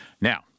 Now